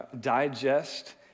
digest